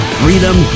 freedom